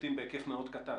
בשירותים בהיקף מאוד קטן.